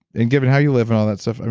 and given how you live and all that stuff,